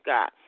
God